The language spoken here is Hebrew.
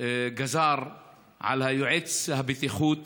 גזר על יועץ הבטיחות